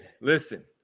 listen